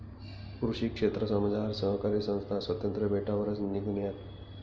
कृषी क्षेत्रमझार सहकारी संस्था स्वातंत्र्य भेटावरच निंघण्यात